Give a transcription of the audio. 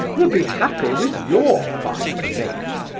will be happy with your fine mate.